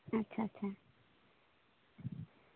ᱟᱪᱪᱷᱟ ᱟᱪᱪᱷᱟ